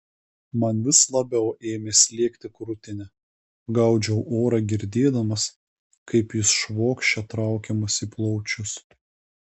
man vis labiau ėmė slėgti krūtinę gaudžiau orą girdėdamas kaip jis švokščia traukiamas į plaučius